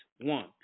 one